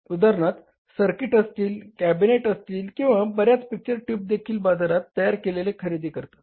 उदाहरणार्थ सर्किट्स असतील कॅबिनेट असतील किंवा बऱ्याचदा पिक्चर ट्यूबदेखीलबाजारात तयार केलेले खरेदी करतात